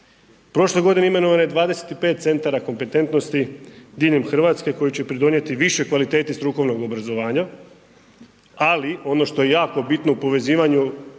Prošle godine imenovano je 25 centara kompetentnosti diljem Hrvatske koje će pridonijeti više kvaliteti strukovnog obrazovanja, ali ono što je jako bitno u povezivanju